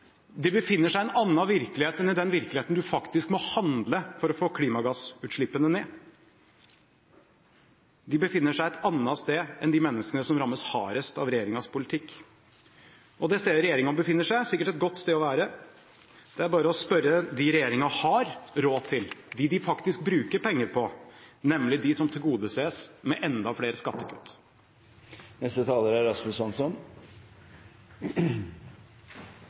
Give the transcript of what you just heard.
befinner seg i en annen virkelighet enn i den virkeligheten hvor en faktisk må handle for å få klimagassutslippene ned. De befinner seg et annet sted enn de menneskene som rammes hardest av regjeringens politikk. Det stedet regjeringen befinner seg, er sikkert et godt sted å være. Det er bare å spørre dem regjeringen har råd til, dem de faktisk bruker penger på, nemlig dem som tilgodeses med enda flere skattekutt.